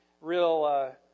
real